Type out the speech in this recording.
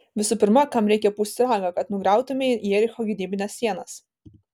visų pirma kam reikia pūsti ragą kad nugriautumei jericho gynybines sienas